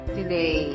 today